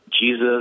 Jesus